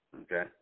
Okay